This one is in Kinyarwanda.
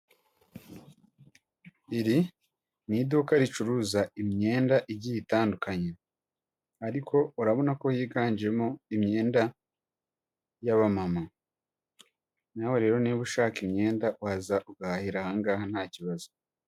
Iri ni iduka ricuruza imyenda igiye itandukanye, ariko urabona ko higanjemo imyenda y'abamama, nawe rero niba ushaka imyenda waza ugahira aha ngaha nta kibazo.